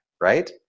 Right